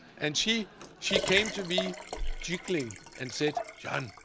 and she she came to be giggling, and said, jan,